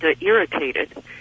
irritated